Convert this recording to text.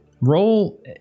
Roll